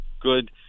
good